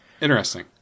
Interesting